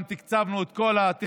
גם תקצבנו את כל התכנון,